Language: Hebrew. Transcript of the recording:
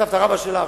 סבתא-רבתא שלך,